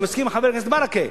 אני מסכים עם חבר הכנסת ברכה,